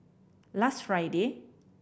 last Friday